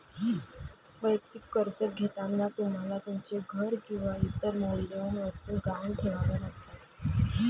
वैयक्तिक कर्ज घेताना तुम्हाला तुमचे घर किंवा इतर मौल्यवान वस्तू गहाण ठेवाव्या लागतात